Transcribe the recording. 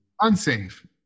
unsafe